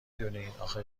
دونین، اخه